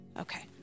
Okay